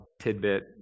tidbit